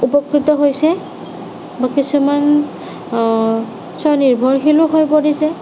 উপকৃত হৈছে কিছুমান স্ব নিৰ্ভৰশীলো হৈ পৰিছে